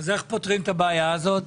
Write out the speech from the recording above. איך פותרים את הבעיה הזו?